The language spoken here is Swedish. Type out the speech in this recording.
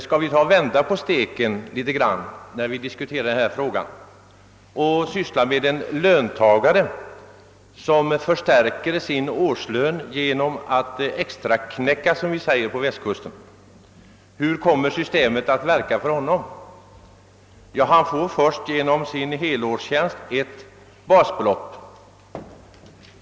Om vi skulle vända litet på steken när vi diskuterar denna fråga och syssla med en löntagare som förstärker sin årslön genom att »extraknäcka» som vi säger på Västkusten, hur kommer då systemet att verka för denne? Jo, han får först genom sin helårstjänst ett basbelopp.